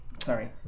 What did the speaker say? sorry